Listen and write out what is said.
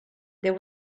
there